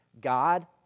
God